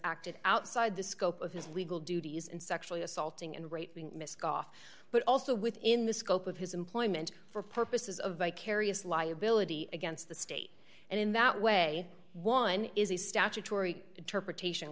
acted outside the scope of his legal duties and sexually assaulting and rate but also within the scope of his employment for purposes of vicarious liability against the state and in that way one is a statutory interpretation